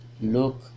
look